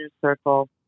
circle